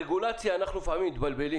ברגולציה אנחנו לפעמים מתבלבלים